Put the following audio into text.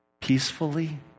Peacefully